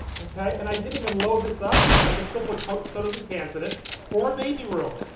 okay? and i didn't even load this up, i could still put sodas and cans in it. for a baby room,